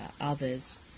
others